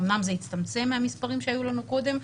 אמנם המספר הצטמצם מהמספרים שהיו לנו קודם.